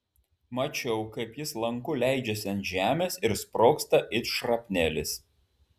mačiau kaip jis lanku leidžiasi ant žemės ir sprogsta it šrapnelis